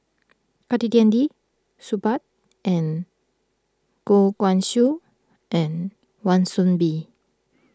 Saktiandi Supaat and Goh Guan Siew and Wan Soon Bee